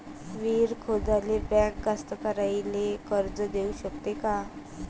विहीर खोदाले बँक कास्तकाराइले कर्ज देऊ शकते का?